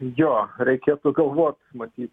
jo reikėtų galvot matyt